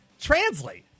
translate